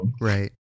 Right